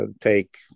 Take